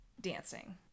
dancing